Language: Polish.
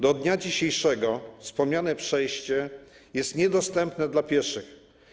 Do dnia dzisiejszego wspomniane przejście jest niedostępne dla pieszych.